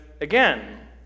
again